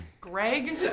Greg